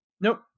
Nope